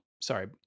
Sorry